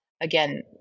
Again